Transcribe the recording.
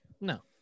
no